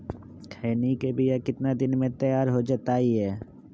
खैनी के बिया कितना दिन मे तैयार हो जताइए?